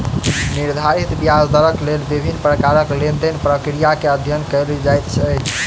निर्धारित ब्याज दरक लेल विभिन्न प्रकारक लेन देन प्रक्रिया के अध्ययन कएल जाइत अछि